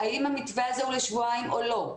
האם המתווה הזה הוא לשבועיים או לא.